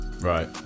Right